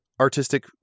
artistic